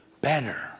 better